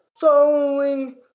following